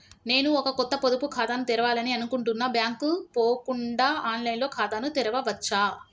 నేను ఒక కొత్త పొదుపు ఖాతాను తెరవాలని అనుకుంటున్నా బ్యాంక్ కు పోకుండా ఆన్ లైన్ లో ఖాతాను తెరవవచ్చా?